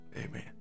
Amen